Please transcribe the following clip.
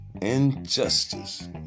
injustice